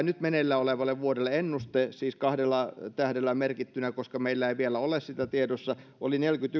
nyt meneillään olevalle vuodelle siis kahdella tähdellä merkittynä koska meillä ei vielä ole sitä tiedossa oli neljäkymmentäyksi